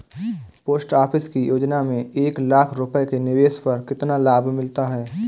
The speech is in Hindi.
पोस्ट ऑफिस की योजना में एक लाख रूपए के निवेश पर कितना लाभ मिलता है?